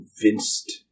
convinced